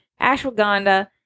ashwagandha